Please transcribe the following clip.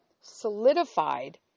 solidified